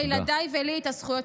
לילדיי ולי את הזכויות.